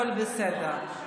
הכול בסדר.